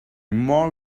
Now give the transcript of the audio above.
more